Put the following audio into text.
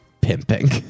pimping